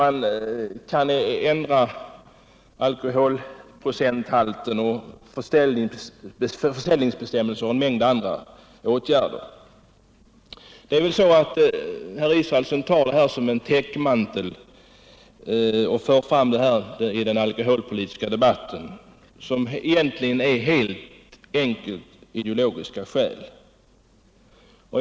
Man kan också ändra alkoholprocenthalten och försäljningsbestämmelserna etc. Herr Israelsson tar nog den alkoholpolitiska debatten till täckmantel för tankegångar som helt enkelt är ideologiskt betingade.